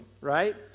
right